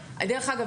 ודרך אגב,